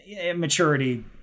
immaturity